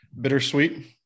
bittersweet